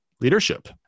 leadership